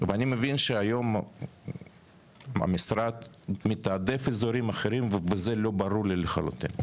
ואני מבין שהיום המשרד מתעדף אזורים אחרים וזה לא ברור לחלוטין.